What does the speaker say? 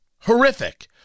horrific